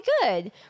good